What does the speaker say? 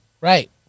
Right